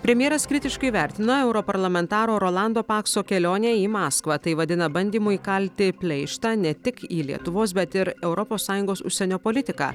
premjeras kritiškai vertina europarlamentaro rolando pakso kelionę į maskvą tai vadina bandymu įkalti pleištą ne tik į lietuvos bet ir europos sąjungos užsienio politiką